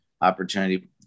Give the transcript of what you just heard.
opportunity